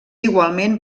igualment